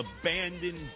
abandoned